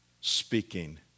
speaking